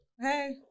hey